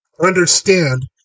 understand